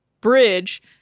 bridge